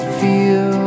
feel